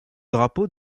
drapeau